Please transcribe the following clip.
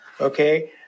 okay